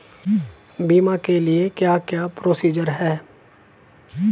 बीमा के लिए क्या क्या प्रोसीजर है?